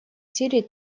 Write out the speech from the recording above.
сирии